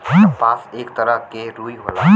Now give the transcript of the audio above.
कपास एक तरह के रुई होला